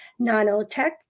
nanotech